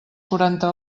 quaranta